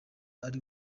ari